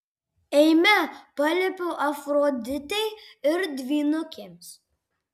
eime paliepiau afroditei ir dvynukėms